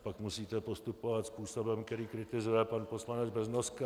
Pak musíte postupovat způsobem, který kritizuje pan poslanec Beznoska.